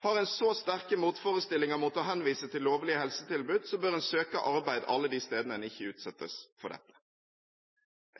Har en så sterke motforestillinger mot å henvise til lovlige helsetilbud, bør en søke arbeid alle de stedene en ikke utsettes for dette.